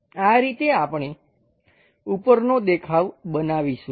આ રીતે આપણે ઉપરનો દેખાવ બનાવીશું